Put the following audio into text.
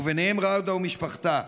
וביניהם ראודה ומשפחתה.